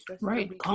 right